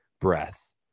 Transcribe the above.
breath